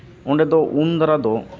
ᱚᱸᱰᱮ ᱫᱚ ᱩᱱᱫᱟᱨᱟ ᱫᱚ